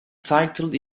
tilted